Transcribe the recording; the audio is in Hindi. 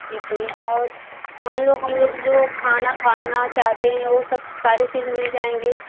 ठीक है और मान लो हम लोग जो खाना खाना चाहते हैं वह सब सारी चीज मिल जाएँगी